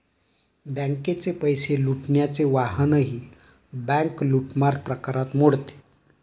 बँकेचे पैसे लुटण्याचे वाहनही बँक लूटमार प्रकारात मोडते